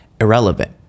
irrelevant